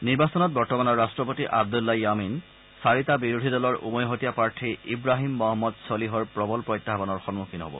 নিৰ্বাচনত বৰ্তমানৰ ৰাষ্টপতি আব্দল্লা য়ামিন চাৰিটা বিৰোধী দলৰ উমৈহতীয়া প্ৰাৰ্থী ইব্ৰাহীম মহম্মদ ছলিহৰ প্ৰবল প্ৰত্যাহানৰ সন্মুখীন হ'ব